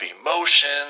emotions